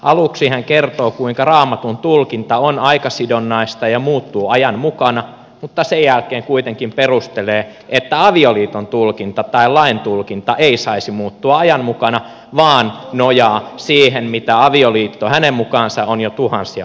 aluksi hän kertoo kuinka raamatun tulkinta on aikasidonnaista ja muuttuu ajan mukana mutta sen jälkeen kuitenkin perustelee että avioliiton tulkinta tai lain tulkinta ei saisi muuttua ajan mukana ja nojaa siihen mitä avioliitto hänen mukaansa on jo tuhansia vuosia ollut